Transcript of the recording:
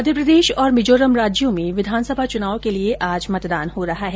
मध्य प्रदेश और मिजोरम राज्यों में विधानसभा चुनाव के लिए आज मतदान हो रहा है